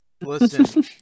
Listen